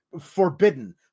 forbidden